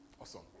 Awesome